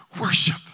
Worship